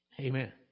Amen